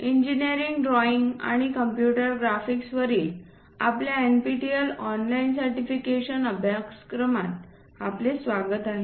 engineering drawing आणि computer graphics वरील आपल्या NPTEL ऑनलाइन सर्टिफिकेशन अभ्यासक्रमात आपले स्वागत आहे